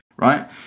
Right